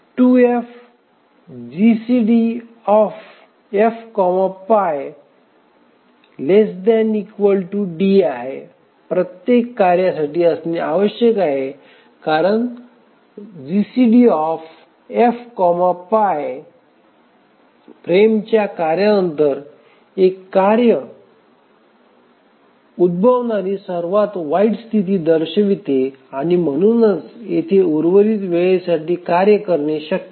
2F GCDF pi ≤ di प्रत्येक कार्यासाठी असणे आवश्यक आहे कारण GCDF pi फ्रेमच्या कार्यानंतर एक कार्य उद्भवणारी सर्वात वाईट स्थिती दर्शविते आणि म्हणूनच येथे उर्वरित वेळेसाठी कार्य करणे शक्य नाही